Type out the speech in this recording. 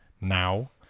now